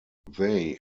they